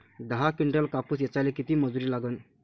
दहा किंटल कापूस ऐचायले किती मजूरी लागन?